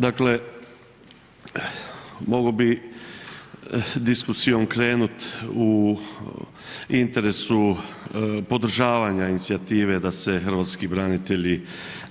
Dakle, mogao bi diskusijom krenuti u interesu podržavanja inicijative da se hrvatski branitelji